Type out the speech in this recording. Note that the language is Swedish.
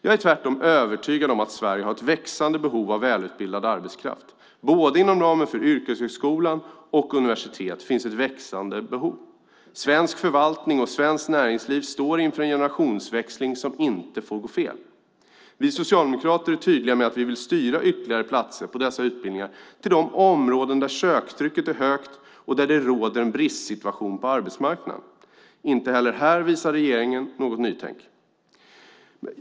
Jag är tvärtom övertygad om att Sverige har ett växande behov av välutbildad arbetskraft. Både inom ramen för yrkeshögskolan och universitet finns ett växande behov. Svensk förvaltning och svenskt näringsliv står inför en generationsväxling som inte får gå fel. Vi socialdemokrater är tydliga med att vi vill styra ytterligare platser på dessa utbildningar till de områden där söktrycket är högt och där det råder en bristsituation på arbetsmarknaden. Inte heller här visar regeringen något nytänk.